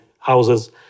Houses